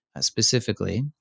specifically